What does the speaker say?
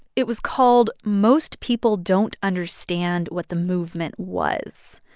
it was called, most people don't understand what the movement was.